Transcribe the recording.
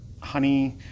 honey